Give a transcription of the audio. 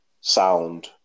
sound